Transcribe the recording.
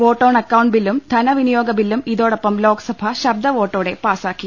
vote on account ബില്ലും ധനവിനിയോഗ ബില്ലും ഇതോടൊപ്പം ലോക്സഭ ശബ്ദവോട്ടെടെ പാസ്സാക്കി